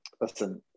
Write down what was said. listen